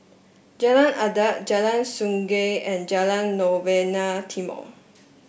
Jalan Adat Jalan Sungei and Jalan Novena Timor